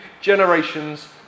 generations